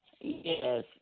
Yes